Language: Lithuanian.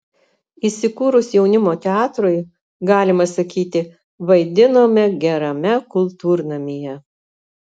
įsikūrus jaunimo teatrui galima sakyti vaidinome gerame kultūrnamyje